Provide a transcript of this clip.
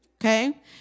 okay